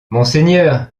monseigneur